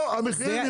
אז מה אתה רוצה?